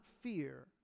fear